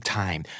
time